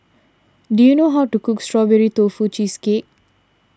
do you know how to cook Strawberry Tofu Cheesecake